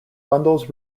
bundles